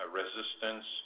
resistance